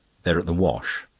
they're at the wash,